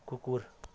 कुकुर